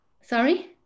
Sorry